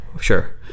sure